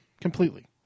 Completely